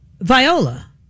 viola